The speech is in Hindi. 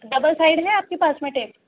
डबल साइड है आपके पास में टेप